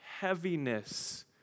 heaviness